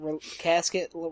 casket